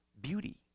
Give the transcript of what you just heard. beauty